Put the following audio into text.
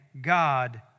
God